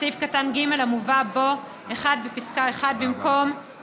בסעיף קטן (ג) המובא בו, בפסקה (1), במקום